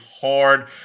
hard